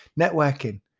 networking